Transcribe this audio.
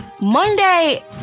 Monday